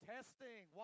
Testing